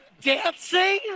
Dancing